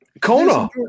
Kona